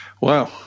Wow